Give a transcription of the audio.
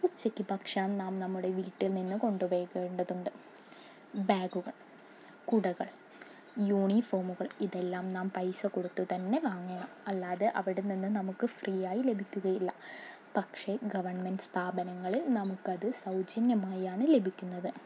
ഉച്ചയ്ക്ക് ഭക്ഷണം നാം നമ്മുടെ വീട്ടിൽ നിന്ന് കൊണ്ടുപോകേണ്ടതുണ്ട് ബാഗുകൾ കുടകൾ യൂണിഫോമുകൾ ഇതെല്ലാം നാം പൈസ കൊടുത്തുതന്നെ വാങ്ങണം അല്ലാതെ അവിടെ നിന്നും നമുക്ക് ഫ്രീയായി ലഭിക്കുകയില്ല പക്ഷെ ഗവൺമെൻ്റ് സ്ഥാപനങ്ങളിൽ നമുക്കത് സൗജന്യമായാണ് ലഭിക്കുന്നത്